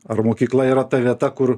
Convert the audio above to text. ar mokykla yra ta vieta kur